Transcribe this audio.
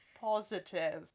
Positive